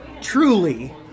truly